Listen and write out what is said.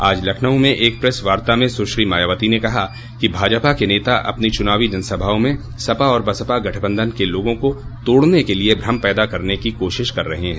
आज लखनऊ में एक प्रेस वार्ता में सुश्री मायावती ने कहा कि भाजपा के नेता अपनी चूनावी जनसभाओं में सपा और बसपा गठबंधन के लोगों को तोड़ने के लिए भ्रम पैदा करने की कोशिश कर रहे हैं